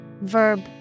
Verb